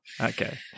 Okay